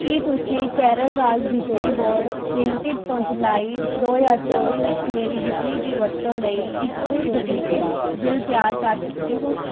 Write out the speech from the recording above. ਕੀ ਤੁਸੀਂ ਕੇਰਲ ਰਾਜ ਬਿਜਲੀ ਬੋਰਡ ਲਿਮਟਿਡ ਤੋਂ ਜੁਲਾਈ ਦੋ ਹਜ਼ਾਰ ਚੌਵੀ ਵਿੱਚ ਮੇਰੀ ਬਿਜਲੀ ਦੀ ਵਰਤੋਂ ਲਈ ਇੱਕ ਡੁਪਲੀਕੇਟ ਬਿੱਲ ਤਿਆਰ ਕਰ ਸਕਦੇ ਹੋ